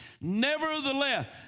nevertheless